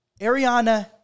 Ariana